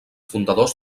fundadors